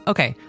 Okay